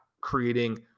creating